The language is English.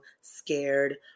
scared